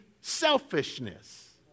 selfishness